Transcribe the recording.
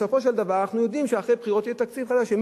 בסופו של דבר אנחנו יודעים שאחרי בחירות יהיה תקציב חדש.